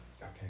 Okay